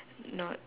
not